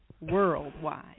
worldwide